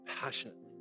passionately